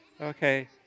Okay